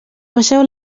passeu